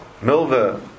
Milva